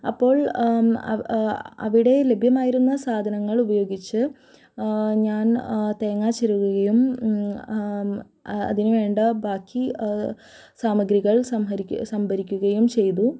അപ്പോൾ അവിടെ ലഭ്യമായിരുന്ന സാധനങ്ങൾ ഉപയോഗിച്ച് ഞാൻ തേങ്ങ ചിരകുകയും അതിനുവേണ്ട ബാക്കി സാമഗ്രികൾ സംഭരിക്കുകയും ചെയ്തു